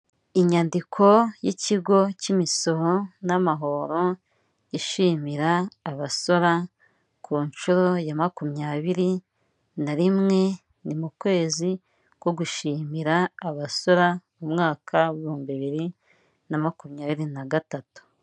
Inyandiko y'ikigo cy'imisoro n'amahoro ishimira abasora ku nshuro ya makumyabiri na rimwe, ni mu kwezi ko gushimira abasora mu mwaka w'ibihumbi bibiri na makumyabiri na gatatu.